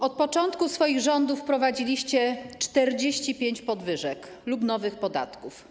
Od początku swoich rządów wprowadziliście 45 podwyżek lub nowych podatków.